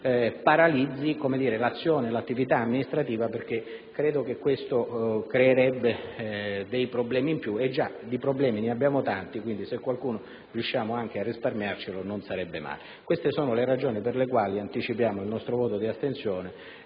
paralizzare l'azione e l'attività amministrativa perché credo che ne deriverebbero dei problemi in più. Già di problemi ne abbiamo tanti; se qualcuno riusciamo a risparmiarcelo non sarebbe male. Queste sono le ragioni per le quali anticipiamo il nostro voto di astensione